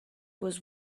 was